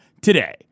today